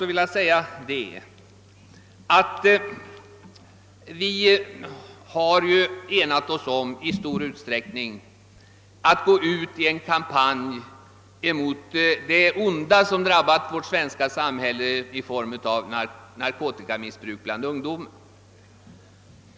Vi har i stor utsträckning enats om att föra en kampanj mot det onda som drabbat vårt svenska samhälle i form av narkotikamissbruk bland ungdomen.